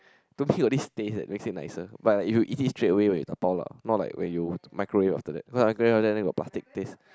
to me got this taste that makes it nicer but like if you eat it straight away when you dabao lah not like when you microwave after that because microwave after that then got plastic taste